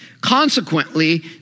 Consequently